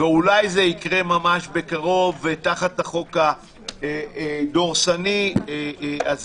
ואולי זה יקרה ממש בקרוב תחת החוק הדורסני הזה.